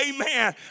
Amen